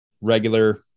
regular